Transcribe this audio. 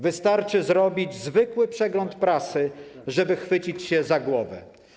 Wystarczy zrobić zwykły przegląd prasy, żeby chwycić się za głowę.